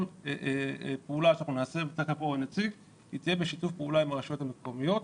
כל פעולה שנעשה תהיה בשיתוף פעולה אתם ואנחנו,